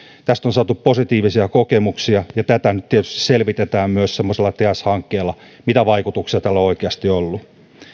tästä on saatu positiivisia kokemuksia ja tätä nyt tietysti selvitetään myös teas hankkeella mitä vaikutuksia tällä oikeasti on ollut